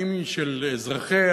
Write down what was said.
האם של אזרחיה,